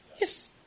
Yes